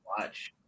watch